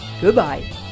goodbye